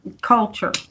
culture